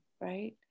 right